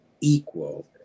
equal